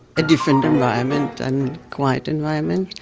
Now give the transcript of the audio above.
a different environment, and quiet environment.